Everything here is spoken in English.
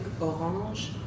orange